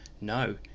no